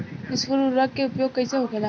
स्फुर उर्वरक के उपयोग कईसे होखेला?